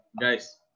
Guys